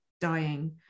dying